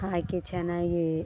ಹಾಕಿ ಚೆನ್ನಾಗಿ